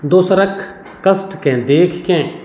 दोसरक कष्टकेँ देखिके